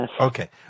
Okay